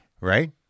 right